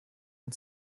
and